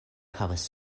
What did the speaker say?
havas